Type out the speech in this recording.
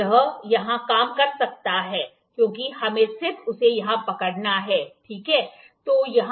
यह यहां काम कर सकता है क्योंकि हमें सिर्फ उसे यहां पकड़ना है ठीक है